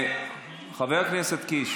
חבר הכנסת קיש,